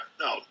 No